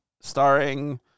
Starring